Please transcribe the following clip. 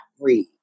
breathe